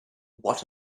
what